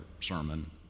sermon